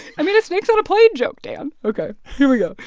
i made a snakes on a plane joke, dan. ok, here we go.